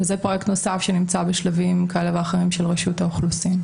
וזה פרויקט נוסף שנמצא בשלבים כאלה ואחרים של רשות האוכלוסין.